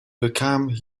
become